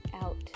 out